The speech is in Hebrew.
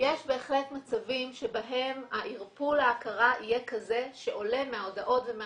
יש בהחלט מצבים שבהם ערפול ההכרה יהיה כזה שעולה מההודעות ומהראיות,